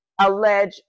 allege